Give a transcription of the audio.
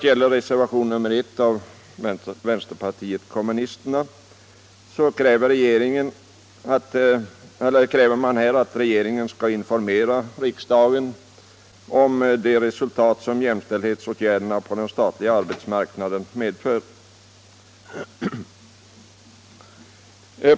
I reservationen 1 kräver vänsterpartiet kommunisterna att regeringen skall informera riksdagen om det resultat som jämställdhetsåtgärderna på den statliga arbetsmarknaden givit.